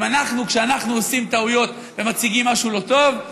כשאנחנו עושים טעויות ומציגים משהו לא טוב,